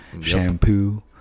shampoo